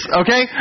okay